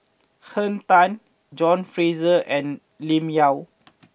Henn Tan John Fraser and Lim Yau